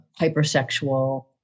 hypersexual